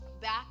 Back